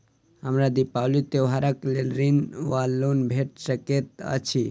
हमरा दिपावली त्योहारक लेल ऋण वा लोन भेट सकैत अछि?